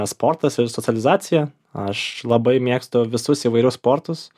sportas ir socializacija aš labai mėgstu visus įvairius sportus